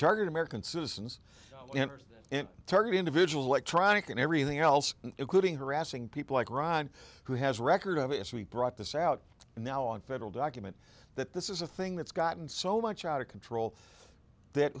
target american citizens and target individuals electronic and everything else including harassing people like ron who has a record of it as we brought this out and now on federal documents that this is a thing that's gotten so much out of control that